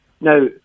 Now